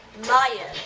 maya,